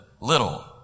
little